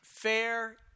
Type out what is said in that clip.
Fair